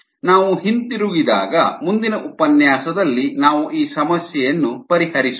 ನಾವು ಹಿಂತಿರುಗಿದಾಗ ಮುಂದಿನ ಉಪನ್ಯಾಸದಲ್ಲಿ ನಾವು ಈ ಸಮಸ್ಯೆಯನ್ನು ಪರಿಹರಿಸೋಣ